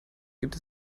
gibt